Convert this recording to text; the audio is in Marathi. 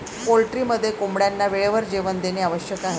पोल्ट्रीमध्ये कोंबड्यांना वेळेवर जेवण देणे आवश्यक आहे